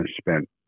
spent